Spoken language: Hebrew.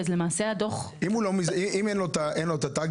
הדוח --- ואם אין לו תג,